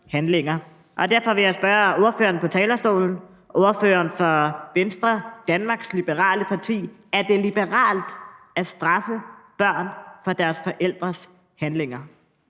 Derfor vil jeg spørge ordføreren på talerstolen, ordføreren for Venstre, Danmarks Liberale Parti: Er det liberalt at straffe børn for deres forældres handlinger?